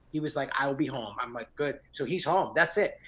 he was like, i will be home. i'm like, good. so he's home, that's it.